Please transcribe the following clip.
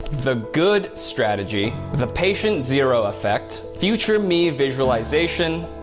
the good strategy. the patient zero effect. future me visualization.